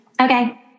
Okay